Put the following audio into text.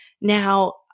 Now